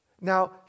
Now